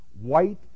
white